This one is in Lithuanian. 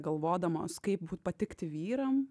galvodamos kaip būt patikti vyram